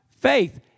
faith